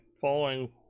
following